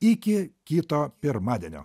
iki kito pirmadienio